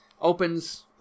opens